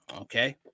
Okay